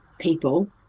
people